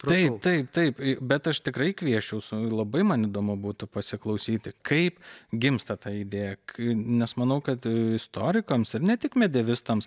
taip taip taip bet aš tikrai kviesčiau su labai man įdomu būtų pasiklausyti kaip gimsta ta idėja nes manau kad istorikams ir ne tik medievistams